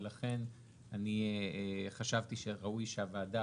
ולכן אני חשבתי שראוי שהוועדה